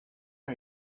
are